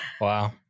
Wow